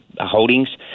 Holdings